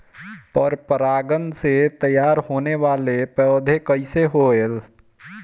पर परागण से तेयार होने वले पौधे कइसे होएल?